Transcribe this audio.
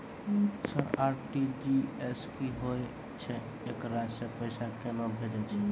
Sir RTGS की होय छै, एकरा से पैसा केना भेजै छै?